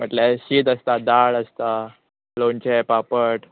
म्हटल्यार शीत आसता दाळ आसता लोणचे पापड